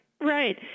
right